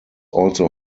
also